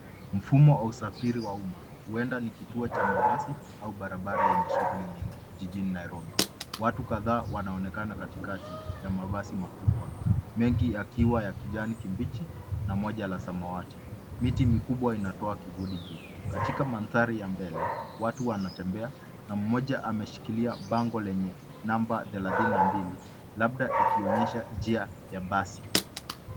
Mfumo wa usafiri wa umma huenda ni kituo cha mabasi au barabara yenye shughuli nyingi jijini Nairobi. Watu kadhaa wanaonekana katikati ya mabasi makubwa mengi yakiwa ya kijani kibichi na moja la samawati. Miti mikubwa inatoa kivuli juu. Katika mandhari ya mbele watu wanatembea na mmoja ameshikilia bango lenye namba thelathini na mbili labda ikionyesha njia ya basi.